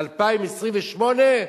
ב-2028,